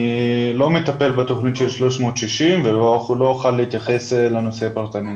אני לא מטפל בתוכנית 360 ולא אוכל להתייחס לנושא הפרטני.